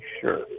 sure